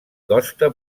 costa